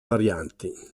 varianti